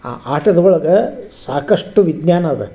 ಆ ಆಟದ ಒಳಗೆ ಸಾಕಷ್ಟು ವಿಜ್ಞಾನ ಅದ